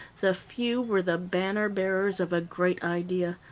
the few were the banner bearers of a great idea,